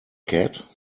cat